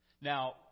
Now